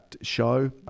show